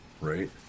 Right